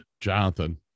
jonathan